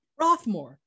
Rothmore